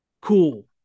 cool